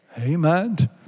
Amen